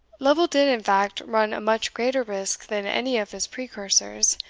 lovel did, in fact, run a much greater risk than any of his precursors.